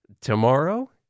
tomorrow